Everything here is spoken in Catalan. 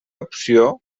opció